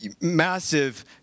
massive